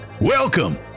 welcome